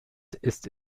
ist